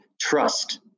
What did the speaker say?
trust